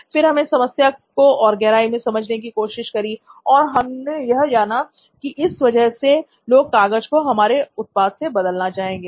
फिर हमने समस्या को और गहराई से समझने की कोशिश करी और हमने यह जाना की इस वजह से लोग कागज को हमारे उत्पाद से बदलना चाहेंगे